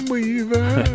Weaver